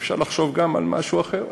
אפשר לחשוב גם על משהו אחר,